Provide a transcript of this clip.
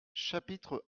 chapitre